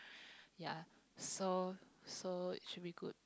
yeah so so it should be good